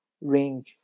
ring